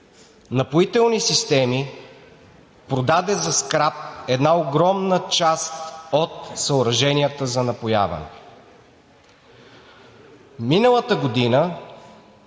„Напоителни системи“ продаде за скрап една огромна част от съоръженията за напояване. Миналата година